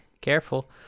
Careful